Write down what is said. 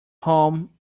home